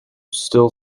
still